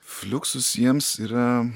fliuksus jiems yra